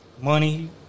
Money